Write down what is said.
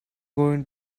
going